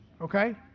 okay